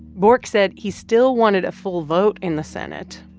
bork said he still wanted a full vote in the senate.